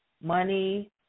Money